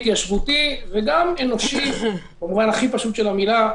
התיישבותי וגם אנושי במובן הכי פשוט של המילה.